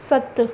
सत